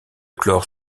chlore